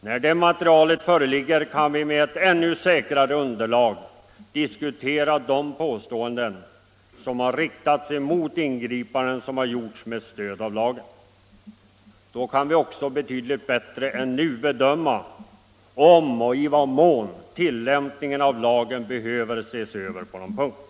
När det materialet föreligger kan vi med ett ännu säkrare underlag diskutera de påståenden som riktats mot ingripanden som har gjorts med stöd av lagen. Då kan vi också betydligt bättre än nu bedöma om och i vad mån tillämpningen av lagen behöver ses över på någon punkt.